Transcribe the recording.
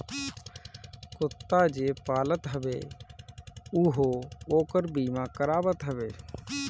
कुत्ता जे पालत हवे उहो ओकर बीमा करावत हवे